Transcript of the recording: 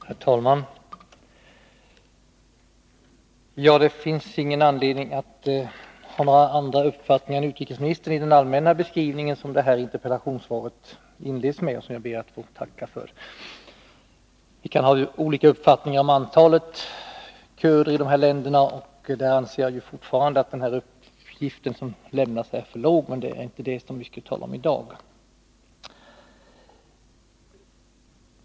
Herr talman! Det finns ingen anledning att ha några andra uppfattningar än utrikesministern i fråga om den allmänna beskrivning som interpellationssvaret inleds med — och jag ber att få tacka för svaret. Möjligen kan vi ha olika uppfattningar om antalet kurder i de här länderna. Jag anser att den siffra som nämnts är för låg, men det är inte om detta vi skall diskutera i dag.